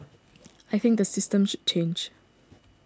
I think the system should change